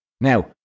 Now